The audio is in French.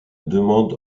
demande